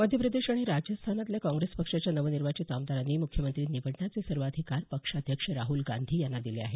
मध्यप्रदेश आणि राजस्थानातल्या काँग्रेस पक्षाच्या नवनिर्वाचित आमदारांनी मुख्यमंत्री निवडण्याचे सर्वाधिकार पक्षाध्यक्ष राहल गांधी यांना दिले आहेत